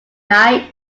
night